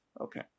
Okay